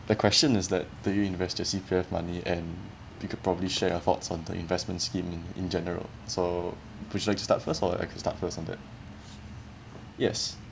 the question is that do you invest your C_P_F money and you could properly share your thoughts on the investment scheme in general so would you like to start first or I could start first on that yes